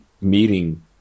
meeting